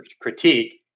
critique